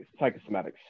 psychosomatics